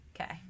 Okay